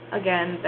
again